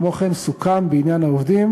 כמו כן סוכם בעניין העובדים